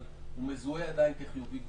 אבל הוא מזוהה עדיין כחיובי גבולי,